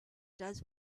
does